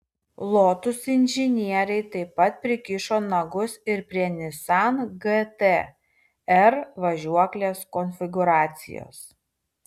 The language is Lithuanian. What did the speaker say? lotus inžinieriai taip pat prikišo nagus ir prie nissan gt r važiuoklės konfigūracijos